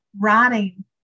writing